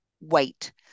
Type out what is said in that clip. wait